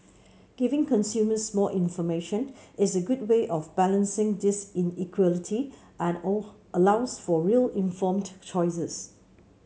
giving consumers more information is a good way of balancing this inequality and all allows for real informed choices